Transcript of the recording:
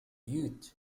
young